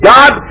God